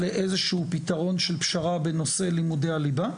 לאיזשהו פתרון של פשרה בנושא לימודי הליבה,